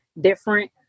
different